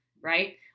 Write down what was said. right